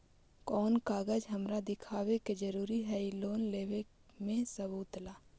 कौन कागज हमरा दिखावे के जरूरी हई लोन लेवे में सबूत ला?